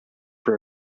for